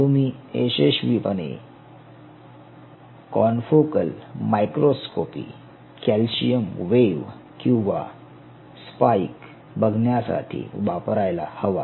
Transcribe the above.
तुम्ही यशस्वीपणे confocal microscopy calcium wave किंवा स्पिक बघण्यासाठी वापरायला हवा